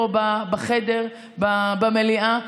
פה במליאה,